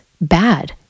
bad